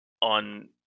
on